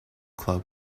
club